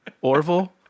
Orville